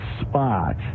spot